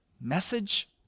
message